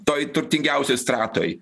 toj turtingiausioj stratoj